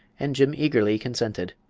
and jim eagerly consented.